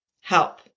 Help